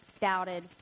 doubted